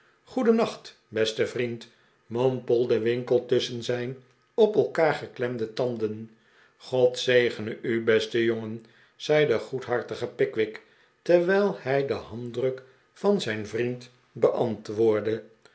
goedennacht beste vriend mompelde winkle tusschen zijn op elkaar geklemde tanden god zegene u beste jongen zei de goedhartige pickwick terwijl hij den handdruk van zijn vriend beantwoordde